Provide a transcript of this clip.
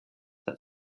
that